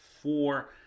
four